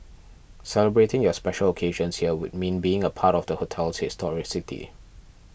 celebrating your special occasions here would mean being a part of the hotel's historicity